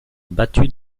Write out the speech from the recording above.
battu